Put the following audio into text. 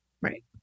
right